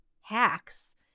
hacks